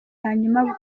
hanyuma